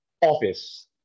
office